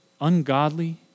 ungodly